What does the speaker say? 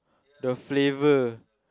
the flavour